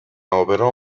operò